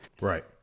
Right